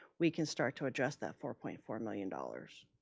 we can start to address that four point four million dollars.